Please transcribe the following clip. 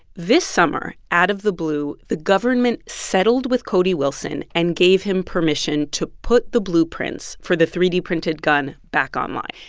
this summer, out of the blue, the government settled with cody wilson and gave him permission to put the blueprints for the three d printed gun back online.